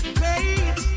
great